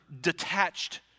detached